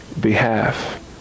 behalf